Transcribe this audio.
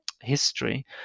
history